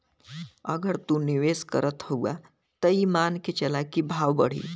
अगर तू निवेस करत हउआ त ई मान के चला की भाव बढ़ी